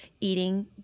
eating